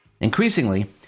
Increasingly